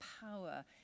power